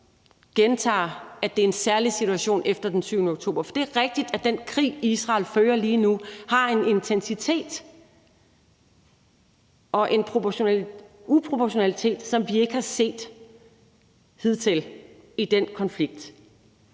gentager, at der er tale om en særlig situation efter den 7. oktober, for det er rigtigt, at den krig, Israel fører lige nu, har en intensitet og en uproportionalitet, som vi ikke har set hidtil i den konflikt.